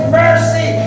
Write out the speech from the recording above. mercy